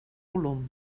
volum